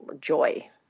joy